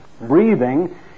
Breathing